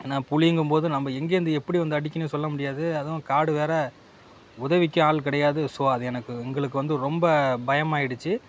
நான் புலிங்கும் போது நாம் எங்கேருந்து எப்படி வந்து அடிக்குன்னே சொல்ல முடியாது அதுவும் காடு வேறு உதவிக்கு ஆள் கிடையாது ஸோ அது எனக்கு எங்களுக்கு வந்து ரொம்ப பயமாயிடுச்சு